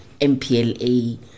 MPLA